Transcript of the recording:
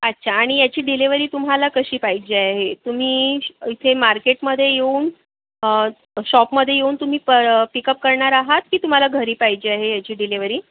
अच्छा आणि याची डिलेव्हरी तुम्हाला कशी पाहिजे आहे तुम्ही इथे मार्केटमध्ये येऊन शॉपमध्ये येऊन तुम्ही प पिकउप करणार आहात की तुम्हाला घरी पाहिजे आहे याची डिलेव्हरी